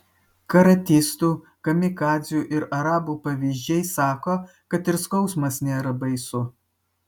karatistų kamikadzių ir arabų pavyzdžiai sako kad ir skausmas nėra baisu